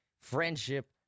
friendship